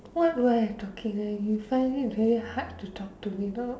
what why I talking there you find it very hard to talk to me now